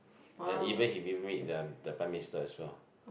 and even he meet the the Prime Minister as well